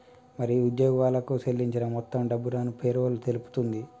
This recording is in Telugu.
మరి ఉద్యోగులకు సేల్లించిన మొత్తం డబ్బును పేరోల్ తెలుపుతుంది